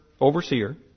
overseer